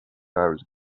hours